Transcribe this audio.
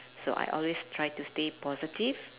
so I always try to stay positive